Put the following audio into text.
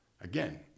Again